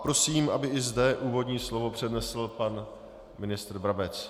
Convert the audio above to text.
Prosím, aby i zde úvodní slovo přednesl pan ministr Brabec.